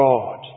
God